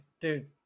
dude